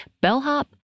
bellhop